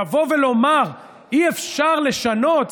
לבוא ולומר שאי-אפשר לשנות,